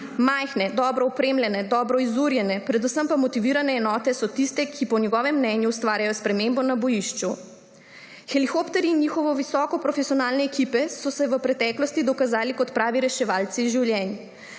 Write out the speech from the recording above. Majhne, dobro opremljene, dobro izurjene, predvsem pa motivirane enote so tiste, ki po njegovem mnenju ustvarjajo spremembo na bojišču. Helikopterji in njihove visoko profesionalne ekipe so se v preteklosti dokazali kot pravi reševalci življenj,